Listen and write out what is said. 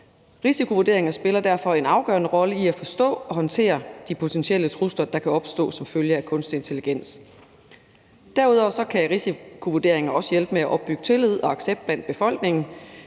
Risikovurderinger spiller derfor en afgørende rolle i at forstå og håndtere de potentielle trusler, der kan opstå som følge af kunstig intelligens. Derudover kan risikovurderinger også hjælpe med at opbygge tillid og accept i befolkningen.